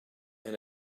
and